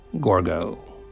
Gorgo